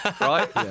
right